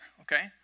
Okay